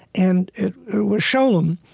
and it was scholem,